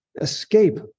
escape